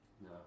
No